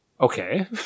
Okay